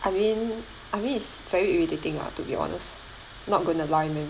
I mean I mean it's very irritating lah to be honest not going to lie man